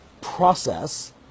process